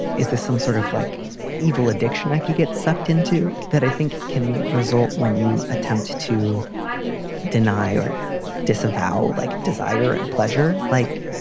and is this some sort of like evil addiction? i could get sucked into that. i think can result when you attempt to deny or disavow, like desire and pleasure, like,